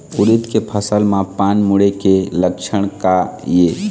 उरीद के फसल म पान मुड़े के लक्षण का ये?